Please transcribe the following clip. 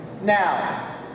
Now